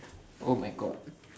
oh my god